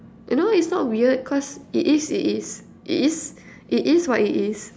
I don't know it's not weird cause it is it is it is it is what it is